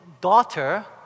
daughter